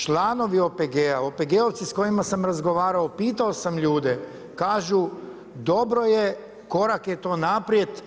Članovi OPG-a, OPG-ovci s kojima sam razgovarao, pitao sam ljude, kažu dobro je, korak je to naprijed.